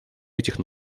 этих